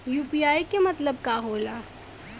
UPI के मतलब का होला?